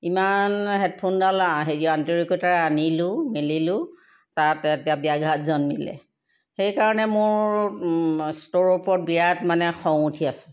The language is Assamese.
ইমান হেডফোনডাল হেৰি আন্তৰিকতাৰে আনিলোঁ মেলিলোঁ তাত এতিয়া ব্যাঘ্যাত জন্মিলে সেইকাৰণে মোৰ ষ্টৰৰ ওপৰত বিৰাট মানে খং উঠি আছে